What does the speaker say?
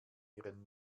ihren